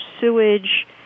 sewage